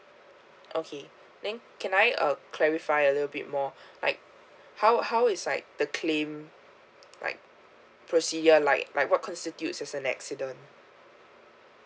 okay then can I uh clarify a little bit more like how how is like the claim like procedure like like what constitutes as an accident